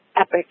epic